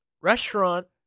Restaurant